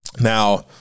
Now